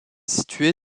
située